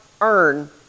earn